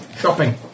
Shopping